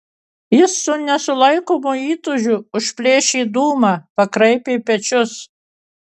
jis su nesulaikomu įtūžiu užplėšė dūmą pakraipė pečius